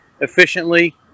efficiently